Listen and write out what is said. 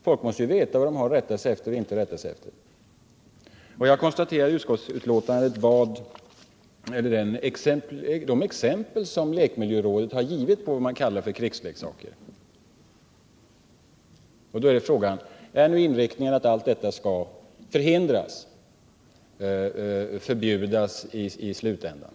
Folk måste veta vad man har att rätta sig efter och inte rätta sig efter. Jag konstaterar att lekmiljörådet i betänkandet givit exempel på vad man kallar för krigsleksaker. Då är frågan: Är nu inriktningen att allt detta skall förhindras eller förbjudas i slutändan?